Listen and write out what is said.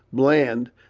bland,